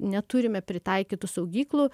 neturime pritaikytų saugyklų